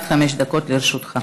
עד חמש דקות לרשותך.